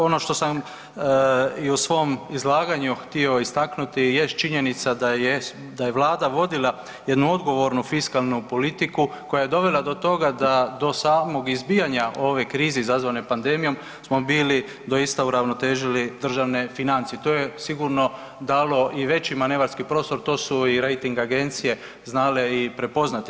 Ono što sam i u svom izlaganju htio istaknuti jest činjenica da je Vlada vodila jednu odgovornu fiskalnu politiku koja je dovela do toga da do samog izbijanja ove krize izazvane pandemijom smo bili doista uravnotežili državne financije i to je sigurno dalo i veći manevarski prostor, to su i rejting agencije znale i prepoznati.